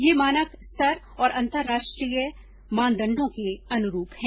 यह मानक स्तर और अन्तर्राष्ट्रीय मानदंडों के अनुरूप है